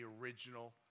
original